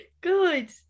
good